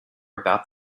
about